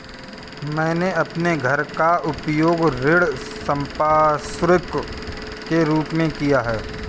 मैंने अपने घर का उपयोग ऋण संपार्श्विक के रूप में किया है